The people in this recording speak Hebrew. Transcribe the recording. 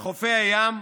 לחופי הים,